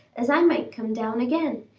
as i might come down again,